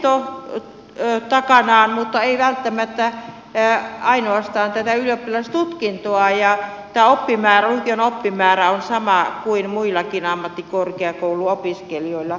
lukion opinnot takanaan mutta ei välttämättä ainoastaan tätä ylioppilastutkintoa ja tämä lukion oppimäärä on sama kuin muillakin ammattikorkeakouluopiskelijoilla